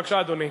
בבקשה, אדוני.